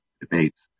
debates